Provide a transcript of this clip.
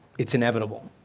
it's inevitable.